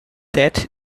tête